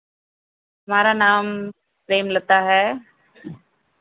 हमारा नाम प्रेमलता है